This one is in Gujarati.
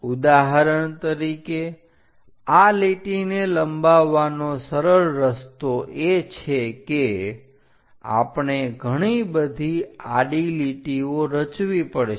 ઉદાહરણ તરીકે આ લીટીને લંબાવવાનો સરળ રસ્તો એ છે કે આપણે ઘણી બધી આડી લીટીઓ રચવી પડશે